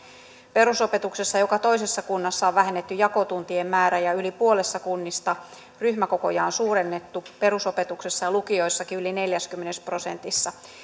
perusopetuksessa joka toisessa kunnassa on vähennetty jakotuntien määrää ja yli puolessa kunnista ryhmäkokoja on suurennettu perusopetuksessa ja lukioissakin yli neljässäkymmenessä prosentissa